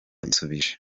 yisubije